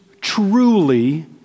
truly